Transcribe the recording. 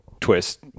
twist